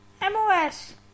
MOS